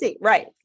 Right